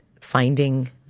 finding